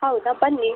ಹೌದಾ ಬನ್ನಿ